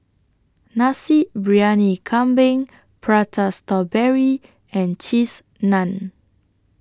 Nasi Briyani Kambing Prata Strawberry and Cheese Naan